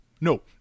No